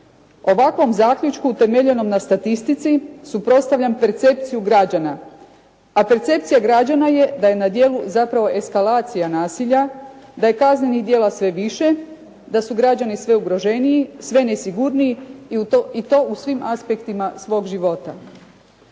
Ovakvom zaključku utemeljenom na statistici suprotstavljam percepciju građana a percepcija građana je da je na djelu zapravo eskalacija nasilja, da je kaznenih djela sve više, da su građani sve ugroženiji, sve nesigurniji i to u svim aspektima svog života.